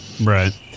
Right